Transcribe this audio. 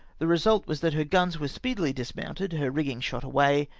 the result was that her guns were speedily dismounted, her rigging shot away,